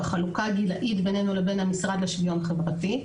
בחלוקה הגילאית בינינו לבין המשרד לשוויון חברתי.